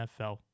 NFL